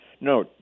No